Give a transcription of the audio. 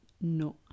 no